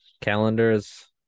Calendars